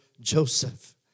Joseph